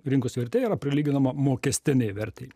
rinkos vertė yra prilyginama mokestinei vertei